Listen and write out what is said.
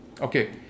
okay